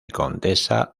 condesa